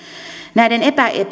näiden